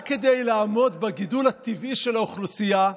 רק כדי לעמוד בגידול הטבעי של האוכלוסייה,